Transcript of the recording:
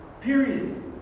Period